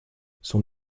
son